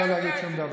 לא להגיד שום דבר.